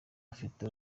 afite